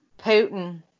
Putin